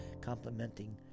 complementing